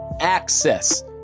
access